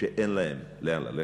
שאין להם לאן ללכת,